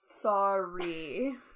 sorry